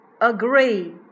agree